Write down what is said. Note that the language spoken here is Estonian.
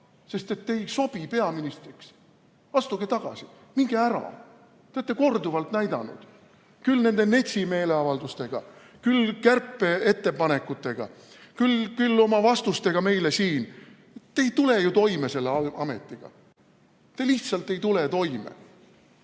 sest te ei sobi peaministriks. Astuge tagasi, minge ära! Te olete korduvalt näidanud küll nende NETS-i meeleavalduste ajal, küll kärpeettepanekutega, küll oma vastustega meile siin: te ei tule toime selle ametiga. Te lihtsalt ei tule toime!